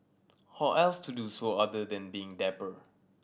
how else to do so other than being dapper